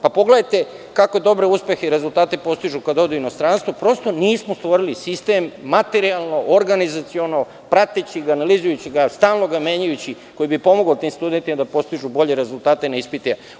Pogledajte kako dobre uspehe i rezultate postižu kada odu u inostranstvo, prosto nismo stvorili sistem materijalno, organizaciono, prateći ga, analizirajući ga, stalno ga menjajući, koji bi pomogao tim studentima da postižu bolje rezultate na ispitima.